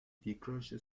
décroche